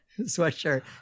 sweatshirt